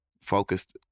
focused